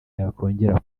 yakongera